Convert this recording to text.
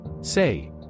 Say